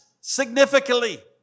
significantly